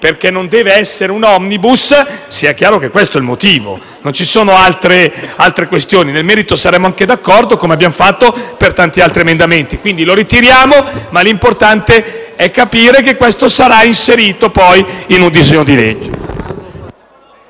non deve essere un *omnibus*. Sia chiaro che questo è il motivo, non ci sono altre questioni. Nel merito saremmo anche d'accordo, come abbiamo fatto per tanti altri emendamenti. Lo ritiriamo, ma è importante capire che il tema sarà inserito, poi, in un disegno di legge.